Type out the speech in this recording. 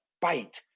bite